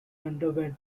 underwent